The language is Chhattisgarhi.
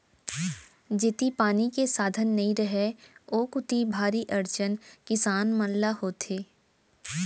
जेती पानी के साधन नइ रहय ओ कोती भारी अड़चन किसान मन ल होथे